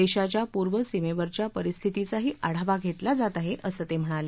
देशाच्या पूर्व सीमेवरच्या परिस्थितीचाही आढावा घेतला जात आहे असं ते म्हणाले